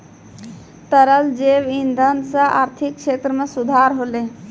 तरल जैव इंधन सँ आर्थिक क्षेत्र में सुधार होलै